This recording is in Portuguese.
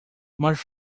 mas